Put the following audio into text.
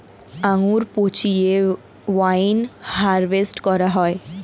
আঙ্গুর পচিয়ে wine harvest করা হয়